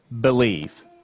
Believe